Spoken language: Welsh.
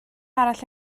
arall